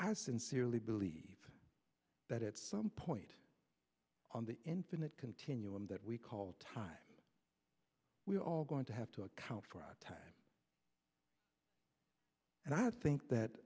i sincerely believe that at some point on the infinite continuum that we call time we are all going to have to account for our time and i think that